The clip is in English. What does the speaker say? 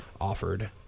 offered